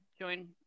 join